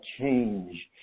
change